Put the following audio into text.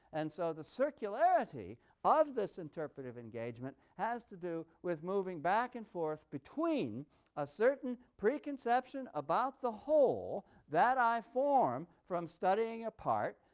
and so the circularity of this interpretative engagement has to do with moving back and forth between a certain preconception about the whole that i form from studying a part,